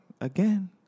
again